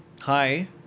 Hi